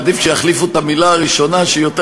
התחלנו עם חבר הכנסת מיקי לוי עכשיו.